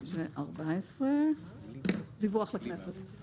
מי שמבצע עבודות הנדסה בנאיות, מי שמספק טובין,